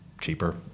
cheaper